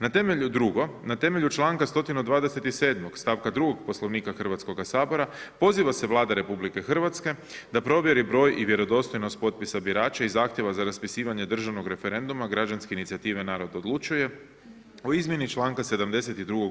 Na temelju drugo, na temelju čl. 127. stavka 2 Poslovnika Hrvatskog sabora, poziva se Vlada Republike Hrvatske da provjeri broj i vjerodostojnost potpisa birača i zahtjeva za raspisivanje državnog referenduma građanske inicijative narod odlučuje o izmjeni čl. 72.